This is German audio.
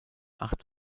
acht